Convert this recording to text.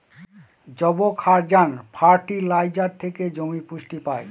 যবক্ষারজান ফার্টিলাইজার থেকে জমি পুষ্টি পায়